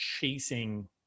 chasing